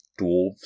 dwarves